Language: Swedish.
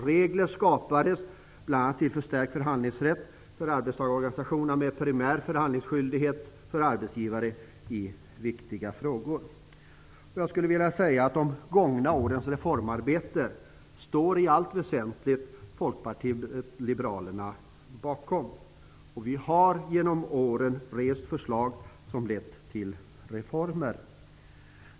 Regler skapades fär att bl.a. förstärka förhandlingsrätten för arbetstagarorganisationerna med primär förhandlingsskyldighet för arbetsgivare i viktiga frågor. Jag skulle vilja säga att Folkpartiet liberalerna i allt väsentligt står bakom de gångna årens reformarbete. Genom åren har vi rest förslag som lett till reformer.